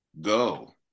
go